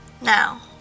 Now